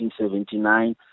1979